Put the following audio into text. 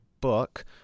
book